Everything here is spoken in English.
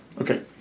okay